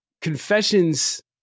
confessions